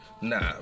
nah